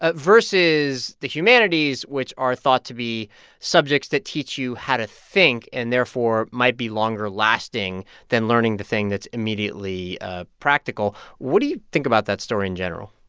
ah versus the humanities, which are thought to be subjects that teach you how to think and, therefore, might be longer-lasting than learning the thing that's immediately ah practical. what do you think about that story in general?